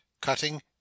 cutting